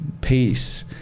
peace